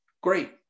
great